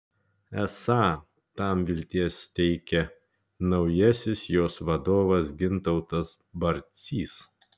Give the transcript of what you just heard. esą tam vilties teikia naujasis jos vadovas gintautas barcys